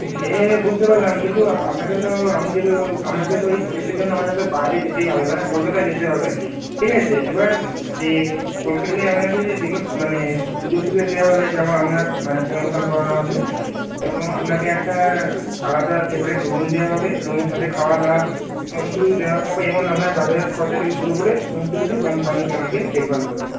সে বুঝতে পারলাম কিন্তু আপনাকে তো আপনি যেহেতু আপনাকে তো এই প্রোজেক্টের জন্য বাইরে যেতেই হবে মানে কলকাতায় যেতে হবে ঠিক আছে এবার যে কলকাতায় গেলে আপনাকে যেগুলো মানে সুযোগ সুবিধা দেওয়া হবে যেমন আপনার মানে প্রোমোশান করানো হবে এবং আপনাকে একটা আলাদা সেপারেট রুম দেওয়া হবে রুমের সাথে খাওয়া দাওয়া সমস্ত কিছু দেওয়া হবে এবং আপনার যাতায়াত খরচা থেকে শুরু করে সমস্ত কিছু কোম্পানি আপনাকে দেখভাল করবে